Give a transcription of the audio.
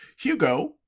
Hugo